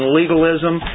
legalism